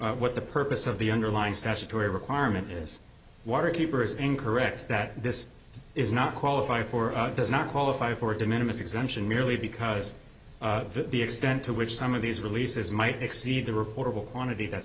of what the purpose of the underlying statutory requirement is waterkeeper is incorrect that this is not qualify for does not qualify for a de minimus exemption merely because of the extent to which some of these releases might exceed the reportable quantity that